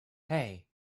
hey